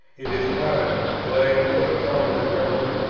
it is hard that i am put upon my memory,